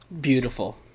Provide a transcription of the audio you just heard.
beautiful